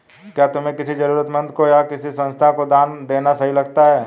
क्या तुम्हें किसी जरूरतमंद को या किसी संस्था को दान देना सही लगता है?